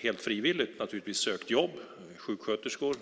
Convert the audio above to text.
helt frivilligt har sökt jobb, till exempel sjuksköterskor.